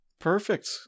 Perfect